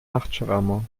nachtschwärmer